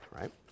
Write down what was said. right